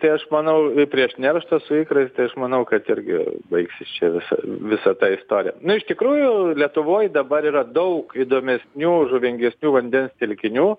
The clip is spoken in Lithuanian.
tai aš manau prieš nerštą su ikraistai aš manau kad irgi baigsis čia visa visa ta istorija nu iš tikrųjų lietuvoj dabar yra daug įdomesnių žuvingesnių vandens telkinių